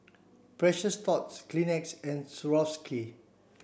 Precious Thots Kleenex and Swarovski